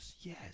Yes